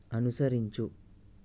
అనుసరించు